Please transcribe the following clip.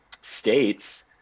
states